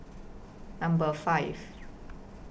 Number five